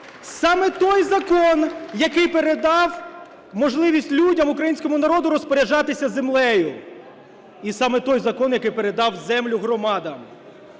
саме той закон, який передав можливість людям, українському народу розпоряджатися землею, і саме той закон, який передав землю громадам.